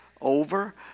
over